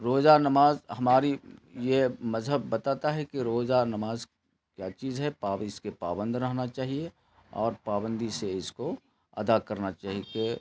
روزہ نماز ہماری یہ مذہب بتاتا ہے کہ روزہ نماز کیا چیز ہے اس کے پابند رہنا چاہیے اور پابندی سے اس کو ادا کرنا چاہیے کہ